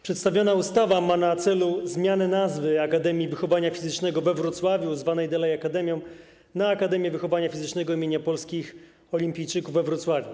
Przedstawiona ustawa ma na celu zmianę nazwy Akademii Wychowania Fizycznego we Wrocławiu, zwanej dalej akademią, na Akademię Wychowania Fizycznego im. Polskich Olimpijczyków we Wrocławiu.